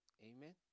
Amen